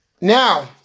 Now